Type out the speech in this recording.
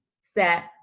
set